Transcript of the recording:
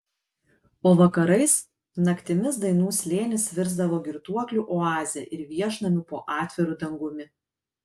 o vakarais naktimis dainų slėnis virsdavo girtuoklių oaze ir viešnamiu po atviru dangumi